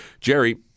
Jerry